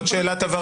עוד שאלת הבהרה?